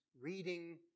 reading